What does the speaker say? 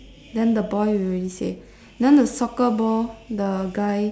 then the boy you already say then the soccer ball the guy